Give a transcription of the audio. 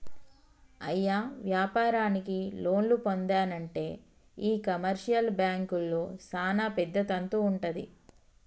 అయ్య వ్యాపారానికి లోన్లు పొందానంటే ఈ కమర్షియల్ బాంకుల్లో సానా పెద్ద తంతు వుంటది